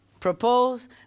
propose